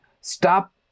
Stop